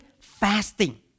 fasting